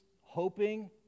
hoping